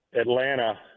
Atlanta